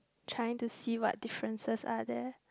trying to see what differences are there